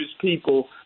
people